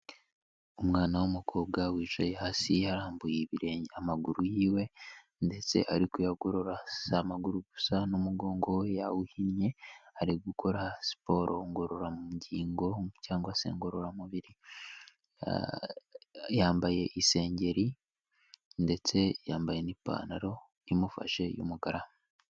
Umwana w'umukobwa wicaye hasi yarambuye ibirenge, amaguru yiwe ndetse ari kuyagorora, si amaguru gusa n'umugongo we yawuhinnye ari gukora siporo ngororangingo cyangwa se ngororamubiri, yambaye isengeri ndetse yambaye n'ipantaro imufashe y'umukara.